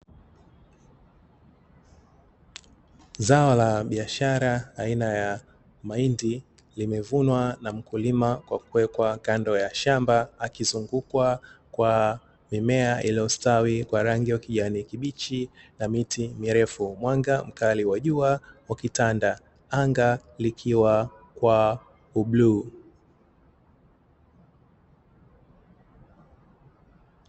Zao la biashara aina ya mahindi limevunwa na mkulima kwa kuwekwa kando ya shamba akizungukwa kwa mimea iliyostawi kwa rangi ya kijani kibichi na miti mirefu. Mwanga mkali wa jua ukitanda, anga likiwa kwa ubluu.